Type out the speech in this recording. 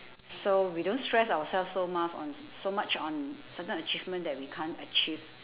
so we don't stress ourselves so much s~ so much on certain achievement that we can't achieve